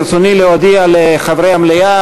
ברצוני להודיע לחברי המליאה,